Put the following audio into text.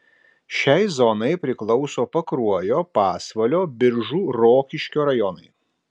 šiai zonai priklauso pakruojo pasvalio biržų rokiškio rajonai